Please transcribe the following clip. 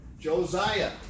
Josiah